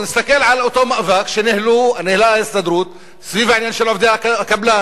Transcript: נסתכל על אותו מאבק שניהלה ההסתדרות סביב העניין של עובדי הקבלן.